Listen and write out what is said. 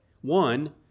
One